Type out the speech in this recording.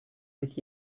with